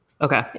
Okay